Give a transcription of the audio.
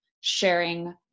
sharing